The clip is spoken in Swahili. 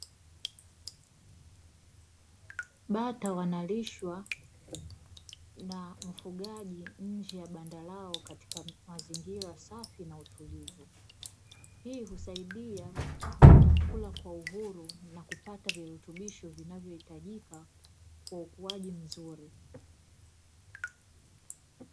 Bata wanalishwa na mfugaji nje ya banda lao katika mazingira safi na utulivu; hii husaidia bata kula kwa uhuru na kupata virutubisho vinavyohitajika kwa ukuaji mzuri.